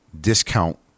discount